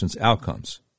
outcomes